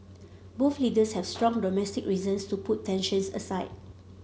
both leaders have strong domestic reasons to put tensions aside